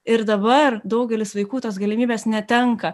ir dabar daugelis vaikų tos galimybės netenka